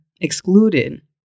excluded